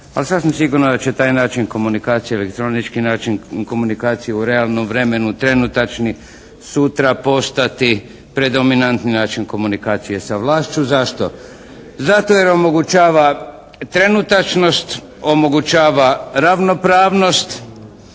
pa sasvim sigurno da će taj način komunikacije, elektronički način komunikacije u realnom vremenu trenutačni sutra postati predominantni način komunikacije sa vlašću. Zašto? Zato jer omogućava trenutačnost, omogućava ravnopravnost